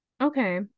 Okay